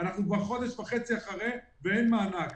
אנחנו כבר חודש וחצי אחרי ואין מענק.